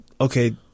okay